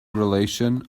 relation